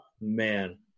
man